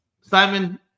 Simon